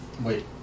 Wait